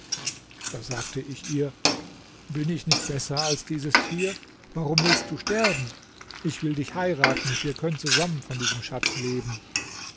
da sagte ich ihr bin ich nicht besser als dieses tier warum willst du sterben ich will dich heiraten und wir können zusammen von diesem schatz leben